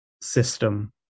system